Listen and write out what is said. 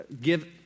give